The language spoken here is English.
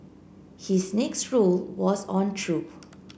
his next rule was on truth